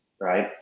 right